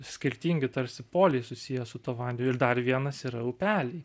skirtingi tarsi poliai susiję su tuo vandeniu ir dar vienas yra upeliai